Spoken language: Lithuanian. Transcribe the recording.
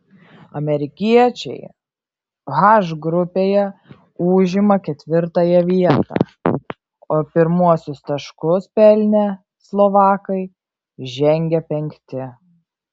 amerikiečiai h grupėje užima ketvirtąją vietą o pirmuosius taškus pelnę slovakai žengia penkti